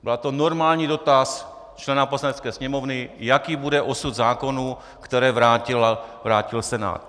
Byl to normální dotaz člena Poslanecké sněmovny, jaký bude osud zákonů, které vrátil Senát.